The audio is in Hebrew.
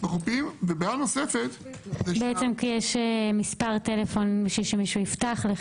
בחופים --- בעצם יש מספר טלפון בשביל שמישהו יפתח.